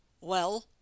Well